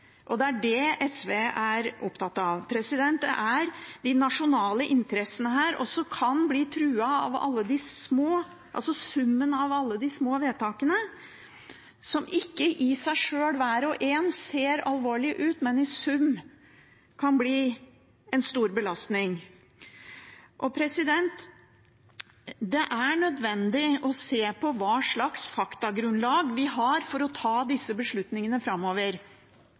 Det er det SV er opptatt av. Det er de nasjonale interessene her som også kan bli truet av summen av alle de små vedtakene, som ikke i seg selv – hver for seg– ser alvorlige ut, men i sum kan bli en stor belastning. Det er nødvendig å se på hva slags faktagrunnlag vi har for å ta disse beslutningene framover.